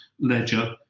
ledger